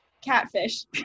Catfish